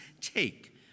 take